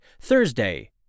Thursday